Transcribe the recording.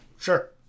Sure